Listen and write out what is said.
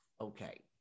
okay